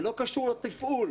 זה לא קשור לתפעול.